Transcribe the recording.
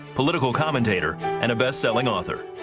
political commentator and a best-selling author.